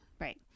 right